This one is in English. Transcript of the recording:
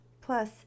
Plus